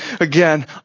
again